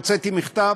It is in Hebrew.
הוצאתי מכתב,